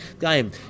game